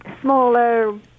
smaller